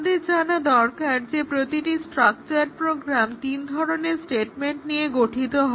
আমাদের জানা দরকার যে প্রতিটি স্ট্রাকচার্ড প্রোগ্রাম তিন ধরনের স্টেটমেন্ট নিয়ে গঠিত হয়